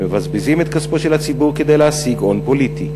הם מבזבזים את כספו של הציבור כדי להשיג הון פוליטי.